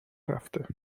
رفته